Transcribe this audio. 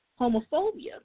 homophobia